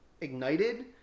ignited